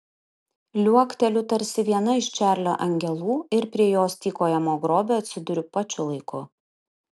liuokteliu tarsi viena iš čarlio angelų ir prie jos tykojamo grobio atsiduriu pačiu laiku